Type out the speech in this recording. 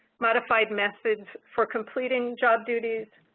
modified methods for completing job duties,